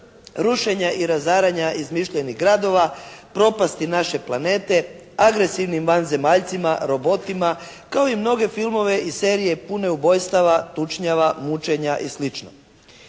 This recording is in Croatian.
rušenja i razaranja izmišljenih gradova, propasti naše planete, agresivnih vanzemaljcima, robotima kao i mnoge filmove i serije pune ubojstava, tučnjava, mučenja i